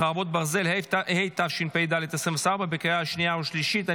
חרבות ברזל), התשפ"ד 2024, לקריאה שנייה ושלישית.